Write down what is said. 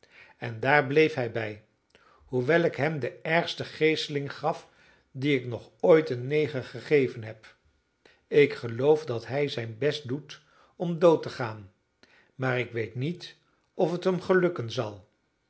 en daar bleef hij bij hoewel ik hem de ergste geeseling gaf die ik nog ooit een neger gegeven heb ik geloof dat hij zijn best doet om dood te gaan maar ik weet niet of het hem gelukken zal